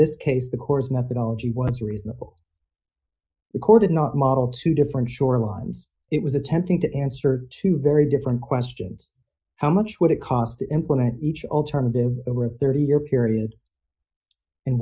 this case the corps methodology was reasonable recorded not model two different shorelines it was attempting to answer two very different questions how much would it cost to implement each alternative over a thirty year period and